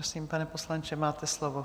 Prosím, pane poslanče, máte slovo.